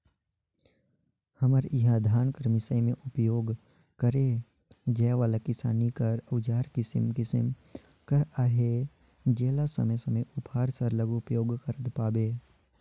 हमर इहा धान कर मिसई मे उपियोग करे जाए वाला किसानी कर अउजार किसिम किसिम कर अहे जेला समे समे उपर सरलग उपियोग करत पाबे